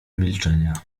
milczenia